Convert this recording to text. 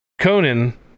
Conan